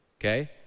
okay